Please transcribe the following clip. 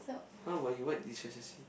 how about you what destresses you